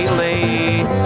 late